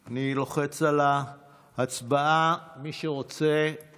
קרעי, הצעת חוק ביטוח בריאות ממלכתי